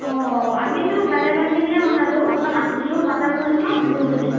অঁ আমিটো ভালেমানখিনিয়েই বনালোঁ অলপ আলহীও মতা গ'ল ন বিহু বুলি